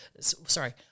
sorry